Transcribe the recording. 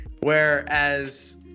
Whereas